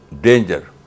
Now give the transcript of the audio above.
danger